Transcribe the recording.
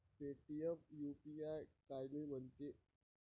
Paytm UPI कायले म्हनते?